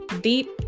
deep